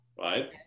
Right